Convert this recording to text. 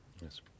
Yes